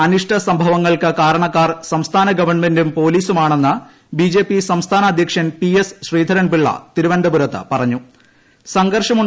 അനിഷ്ട സംഭവങ്ങൾക്ക് കാരണക്കാർ ഗവൺമെന്റും പോലീസുമാണെന്ന് സംസ്ഥാന ബി ജെ പി സംസ്ഥാന അധ്യക്ഷൻ പി എസ് ശ്രീധരൻപിള്ള തിരുവന്തപുരത്ത് സംഘർഷം പറഞ്ഞു